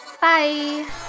Bye